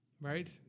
Right